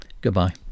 Goodbye